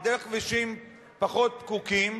דרך כבישים פחות פקוקים,